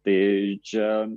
tai čia